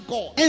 God